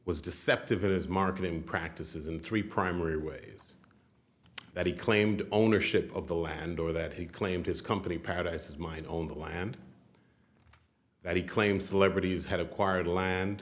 was deceptive in his marketing practices and three primary ways that he claimed ownership of the land or that he claimed his company paradises mine on the land that he claimed celebrities had acquired land